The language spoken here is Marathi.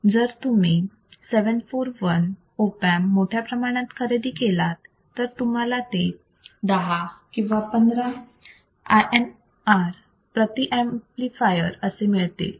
जर तुम्ही 741 ऑप अँप मोठ्या प्रमाणात खरेदी केलात तर तुम्हाला ते 10 to 15 INR प्रति ऍम्प्लिफायर असे मिळतील